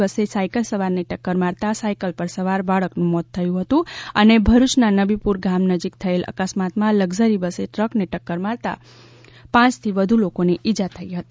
બસે સાયકલ સવારને ટક્કર મારતાં સાયકલ પર સવાર બાળકનું મોત થયું હતું અને ભરૂચના નબીપુર ગામ નજીક થયેલ અકસ્માતમાં લકઝરી બસે ટ્રકને ટ્રકકર મારતાં પાંચથી વધુ લોકોને ઇજા થઈ હતી